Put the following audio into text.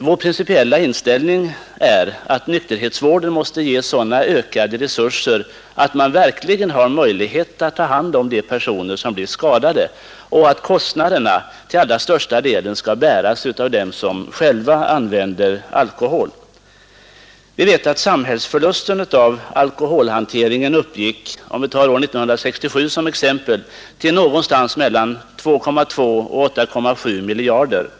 Vår principiella inställning är att nykterhetsvården måste ges sådana ökade resurser att man verkligen har möjlighet att ta hand om de personer som blir skadade och att kostnaderna till allra största delen skall bäras av dem som själva använder alkohol. Vi vet att samhällsförlusten på grund av alkoholhanteringen uppgick till — om vi tar 1967 som exempel — någonting mellan 2,2 och 8,7 miljarder kronor.